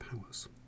powers